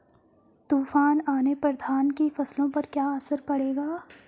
तूफान आने पर धान की फसलों पर क्या असर पड़ेगा?